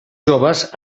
joves